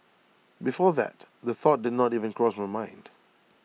before that the thought did not even cross my mind